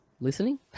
listening